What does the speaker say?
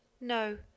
No